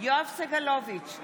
יואב סגלוביץ'